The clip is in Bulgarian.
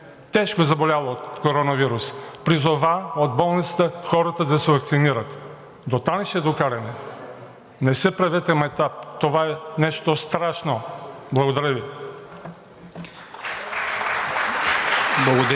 тежко заболял от коронавирус – призова от болницата хората да се ваксинират. Дотам ще я докараме. Не си правете майтап. Това е нещо страшно! Благодаря Ви.